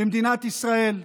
במדינת ישראל.